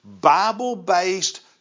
Bible-based